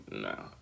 no